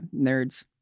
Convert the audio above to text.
Nerds